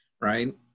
right